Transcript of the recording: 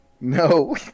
No